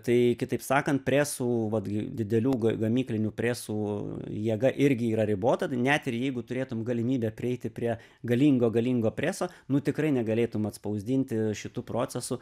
tai kitaip sakant presų vat didelių gamyklinių presų jėga irgi yra ribota net ir jeigu turėtum galimybę prieiti prie galingo galingo preso nu tikrai negalėtum atspausdinti šitų procesų